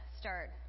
start